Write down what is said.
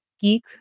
geek